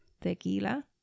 tequila